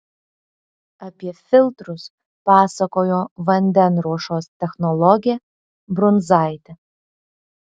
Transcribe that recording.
apie filtrus pasakojo vandenruošos technologė brunzaitė